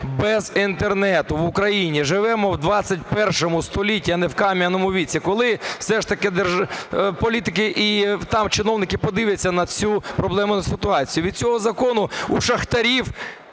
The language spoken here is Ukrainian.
без інтернету в Україні? Живемо в ХХІ столітті, а не в кам'яному віці. Коли все ж таки політики і чиновники подивляться на цю проблемну ситуацію? Від цього закону у шахтарів